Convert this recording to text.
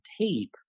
tape